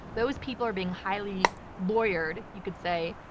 those people are being highly lawyered, you could say,